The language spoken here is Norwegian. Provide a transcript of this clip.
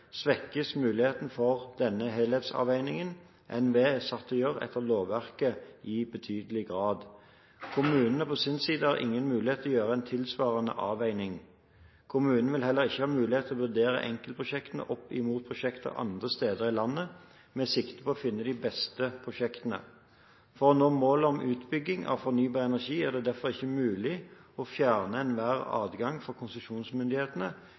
svekkes muligheten for den helhetsavveiningen NVE er satt til å gjøre etter lovverket, i betydelig grad. Kommunene på sin side har ingen mulighet til å gjøre en tilsvarende avveining. Kommunene ville heller ikke ha mulighet til å vurdere enkeltprosjekter opp imot prosjekter andre steder i landet med sikte på å finne de beste prosjektene. For å nå målene om utbygging av fornybar energi er det derfor ikke mulig å fjerne enhver adgang for konsesjonsmyndighetene